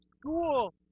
school